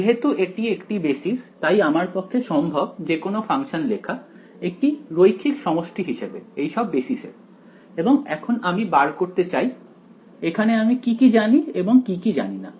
যেহেতু এটি একটি বেসিস তাই আমার পক্ষে সম্ভব যেকোনো ফাংশন লেখা একটি রৈখিক সমষ্টি হিসেবে এইসব বেসিসের এবং এখন আমি বার করতে চাই এখানে আমি কি কি জানি এবং কি কি জানি না